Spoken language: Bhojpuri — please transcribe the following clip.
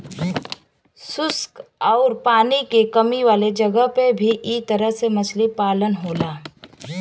शुष्क आउर पानी के कमी वाला जगह पे भी इ तरह से मछली पालन होला